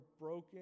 broken